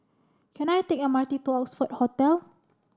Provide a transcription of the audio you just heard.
can I take M R T to Oxford Hotel